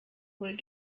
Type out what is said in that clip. wohl